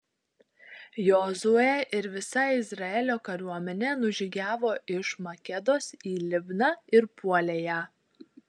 jozuė ir visa izraelio kariuomenė nužygiavo iš makedos į libną ir puolė ją